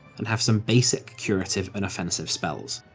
and have some basic curative and offensive spells.